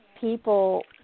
people